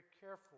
careful